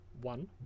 One